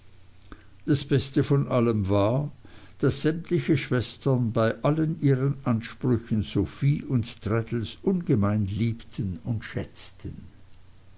das beste von allem war daß sämtliche schwestern bei all ihren ansprüchen sophie und traddles ungemein liebten und schätzten